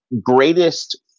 greatest